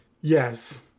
Yes